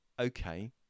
Okay